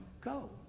go